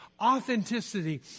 Authenticity